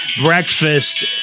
breakfast